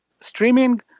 streaming